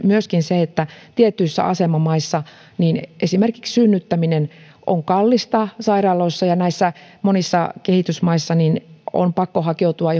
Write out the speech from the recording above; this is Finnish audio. myöskin tietyissä asemamaissa esimerkiksi synnyttäminen on kallista sairaaloissa ja monissa kehitysmaissa on pakko hakeutua